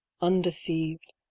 undeceived